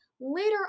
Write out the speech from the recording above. Later